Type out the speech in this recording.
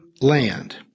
land